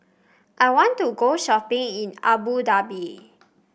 I want to go shopping in Abu Dhabi